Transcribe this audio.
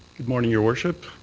good morning, your worship,